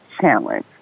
challenge